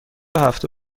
هفته